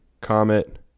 Comet